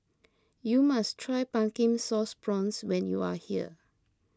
you must try Pumpkin Sauce Prawns when you are here